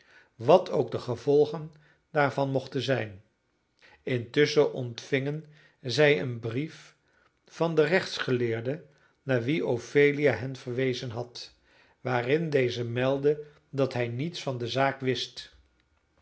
wat ook de gevolgen daarvan mochten zijn intusschen ontvingen zij een brief van den rechtsgeleerde naar wien ophelia hen verwezen had waarin deze meldde dat hij niets van de zaak wist